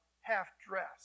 half-dressed